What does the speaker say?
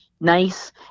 nice